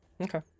Okay